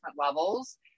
levels